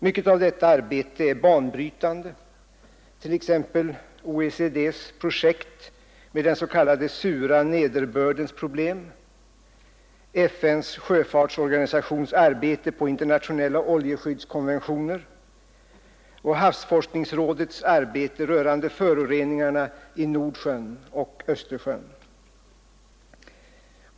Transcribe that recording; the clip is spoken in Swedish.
Mycket av detta arbete är banbrytande, t.ex. OECD:s projekt med den s.k. sura nederbördens problem, FN:s sjöfartsorganisations arbete på internationella oljeskyddskonventioner och havsforskningsrådets arbete rörande föroreningarna i Nordsjön och Östersjön.